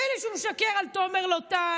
מילא שהוא משקר על תומר לוטן,